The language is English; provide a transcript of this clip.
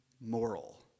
moral